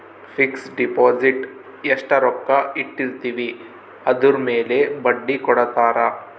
fix deposit ಎಸ್ಟ ರೊಕ್ಕ ಇಟ್ಟಿರ್ತಿವಿ ಅದುರ್ ಮೇಲೆ ಬಡ್ಡಿ ಕೊಡತಾರ